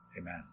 Amen